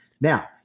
Now